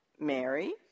Mary